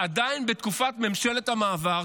עדיין בתקופת ממשלת המעבר,